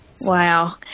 Wow